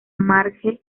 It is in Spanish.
marge